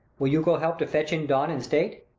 will you go help to fetch in don in state?